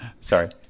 sorry